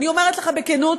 אני אומרת לך בכנות,